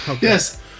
Yes